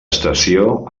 estació